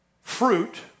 fruit